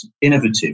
innovative